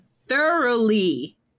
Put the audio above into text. thoroughly